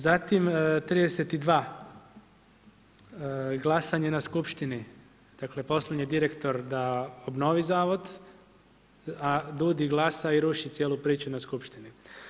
Zatim 32 glasanje na skupštini, dakle, poslan je direktor da obnovi Zavod, a DUUDI glasa i ruši cijelu priču na skupštini.